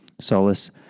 solace